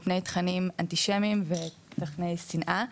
מפני תכנים אנטישמיים ותכני שנאה.